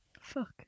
fuck